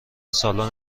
سالن